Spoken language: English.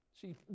See